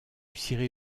ciré